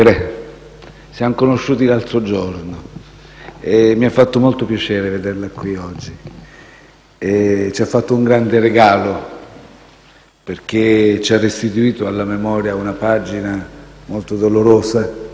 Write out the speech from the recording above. siamo conosciuti l'altro giorno e mi ha fatto molto piacere vederla qui oggi. Ella ci ha fatto un grande regalo, perché ci ha restituito alla memoria una pagina molto dolorosa